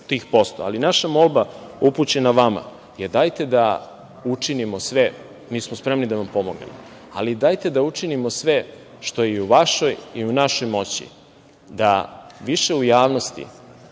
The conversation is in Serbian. tih posto. Ali, naša molba upućena vama je - dajte da učinimo sve, mi smo spremni da vam pomognemo, ali dajte da učinimo sve što je i u vašoj i u našoj moći da više u javnosti